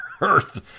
earth